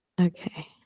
Okay